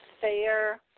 fair